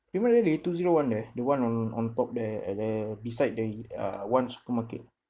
prima deli two zero one there the one on on top there there beside the uh one supermarket